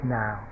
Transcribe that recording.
now